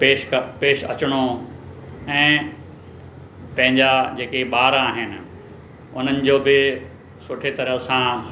पेशि पेशि अचिणो ऐं पंहिंजा जेके ॿार आहिनि उन्हनि जो बि सुठी तरह सां